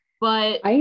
But-